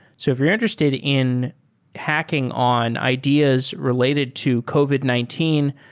so if you're interested in hacking on ideas related to covid nineteen,